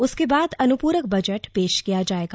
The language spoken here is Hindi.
उसके बाद अनुपूरक बजट पेश किया जायेगा